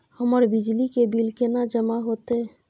हमर बिजली के बिल केना जमा होते?